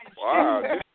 Wow